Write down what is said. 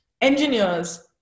engineers